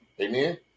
Amen